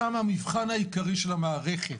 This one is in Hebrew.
שם המבחן העיקרי של המערכת,